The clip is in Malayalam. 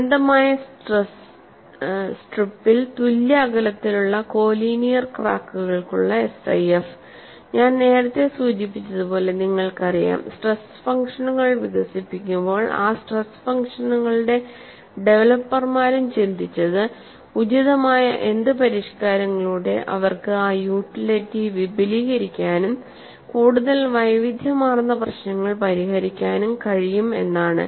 അനന്തമായ സ്ട്രിപ്പിൽ തുല്യ അകലത്തിലുള്ള കോലീനിയർ ക്രാക്കുകൾകുള്ള SIF ഞാൻ നേരത്തെ സൂചിപ്പിച്ചതുപോലെ നിങ്ങൾക്കറിയാം സ്ട്രെസ് ഫംഗ്ഷനുകൾ വികസിപ്പിക്കുമ്പോൾ ആ സ്ട്രെസ് ഫംഗ്ഷനുകളുടെ ഡവലപ്പർമാരും ചിന്തിച്ചത് ഉചിതമായ എന്ത് പരിഷ്കാരങ്ങളിലൂടെ അവർക്ക് ആ യൂട്ടിലിറ്റി വിപുലീകരിക്കാനും കൂടുതൽ വൈവിധ്യമാർന്ന പ്രശ്നങ്ങൾ പരിഹരിക്കാനും കഴിയും എന്നാണ്